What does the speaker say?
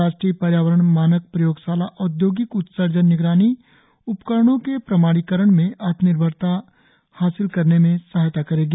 राष्ट्रीय पर्यावरण मानक प्रयोगशाला औद्योगिक उत्सर्जन निगरानी उपकरणों के प्रमाणीकरण में आत्मनिर्भरता हासिल करने में सहायता करेगी